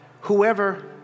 whoever